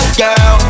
girl